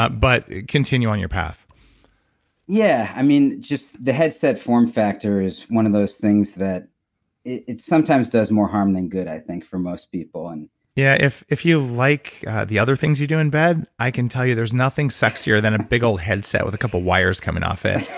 but but continue on your path yeah, i mean just the headset form factor is one of those things that it sometimes does more harm than good, i think, for most people, and yeah. if if you like the other things you do in bed, i can tell you there's nothing sexier than a big old head set with a couple wires coming off it.